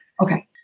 Okay